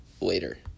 later